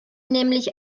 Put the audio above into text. nämlich